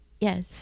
yes